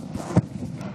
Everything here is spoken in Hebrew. היושבת-ראש,